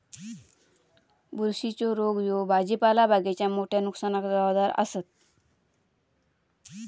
बुरशीच्ये रोग ह्ये भाजीपाला बागेच्या मोठ्या नुकसानाक जबाबदार आसत